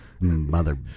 mother